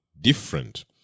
different